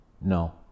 no